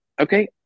okay